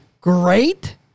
great